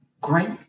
great